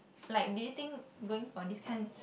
like do you think going for this kind